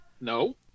No